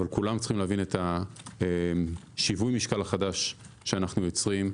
אבל כולם צריכים להבין את שיווי המשקל החדש שאנחנו יוצרים,